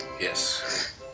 Yes